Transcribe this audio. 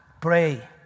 pray